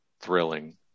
thrilling